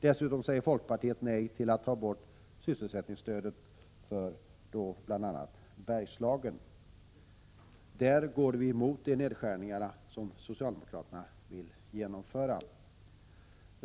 Dessutom säger folkpartiet nej till att ta bort sysselsättningsstödet för bl.a. Bergslagen. Där går vi emot de nedskärningar som socialdemokraterna vill genomföra.